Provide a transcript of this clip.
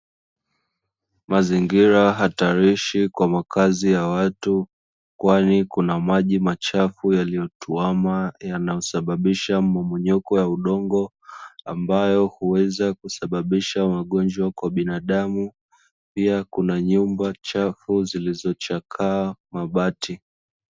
Mazingira hatarishi kwa makazi ya watu kwani kuna maji machafu yaliyotuama yanayosababisha mmomonyoko wa udongo ambayo huweza kusababisha magonjwa kwa binadamu, pia kuna nyumba chafu zilizochakaa mabati.